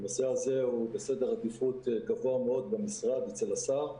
הוא בסדר עדיפות גבוה מאוד במשרד, אצל השר,